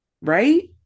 right